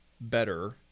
better